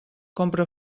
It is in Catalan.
compra